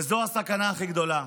וזו הסכנה הכי גדולה.